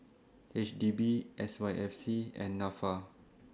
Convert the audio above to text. H D B S Y F C and Nafa